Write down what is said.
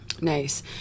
nice